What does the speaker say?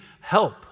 help